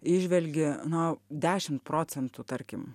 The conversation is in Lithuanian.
įžvelgi na dešimt procentų tarkim